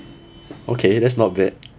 okay that's not bad